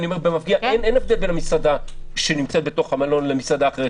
אין הבדל בין המסעדה שנמצאת בתוך המלון למסעדה אחרת,